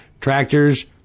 tractors